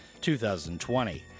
2020